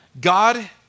God